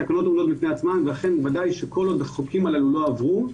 התקנות עומדות בפני עצמן ואכן בוודאי שכל עוד החוקים האלה לא עברו,